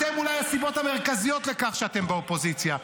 אתם אולי הסיבות המרכזיות לכך שאתם באופוזיציה.